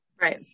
Right